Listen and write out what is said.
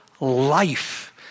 life